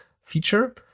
feature